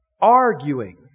arguing